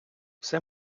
все